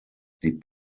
die